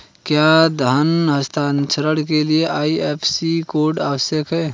क्या धन हस्तांतरण के लिए आई.एफ.एस.सी कोड आवश्यक है?